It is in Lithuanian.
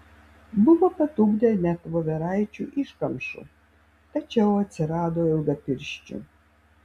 buvo patupdę net voveraičių iškamšų tačiau atsirado ilgapirščių